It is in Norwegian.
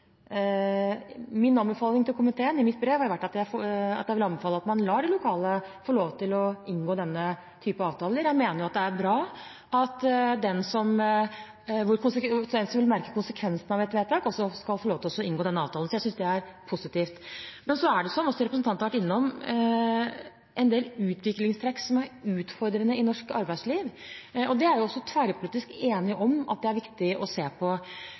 Min anbefaling i mitt brev til komiteen er at man lar de lokale få lov til å inngå denne type avtaler. Jeg mener at det er bra at den som vil merke konsekvensene av et vedtak, også skal få lov til å inngå avtalen. Så jeg synes det er positivt. Men så er det, som representanten har vært innom, en del utviklingstrekk som er utfordrende i norsk arbeidsliv, og det er det også tverrpolitisk enighet om at er viktig å se på.